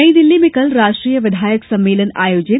नई दिल्ली में कल राष्ट्रीय विधायक सम्मेलन आयोजित